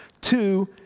Two